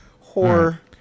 Horror